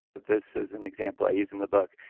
this is an example i use in the book,